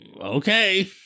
Okay